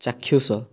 ଚାକ୍ଷୁଷ